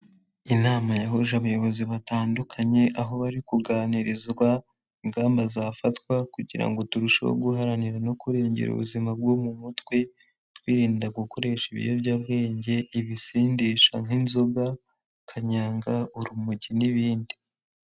Inama yahuje abayobozi batandukanye, aho bari kuganirizwa ingamba zafatwa kugira ngo turusheho guharanira no kurengera ubuzima bwo mu mutwe, twirinda gukoresha ibiyobyabwenge, ibisindisha nk'inzoga, kanyanga, urumogi n'ibindi.